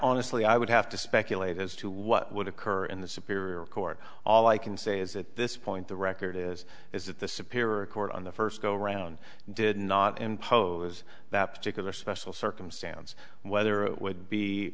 asli i would have to speculate as to what would occur in the superior court all i can say is that this point the record is is that the superior court on the first go round did not impose that particular special circumstance whether it would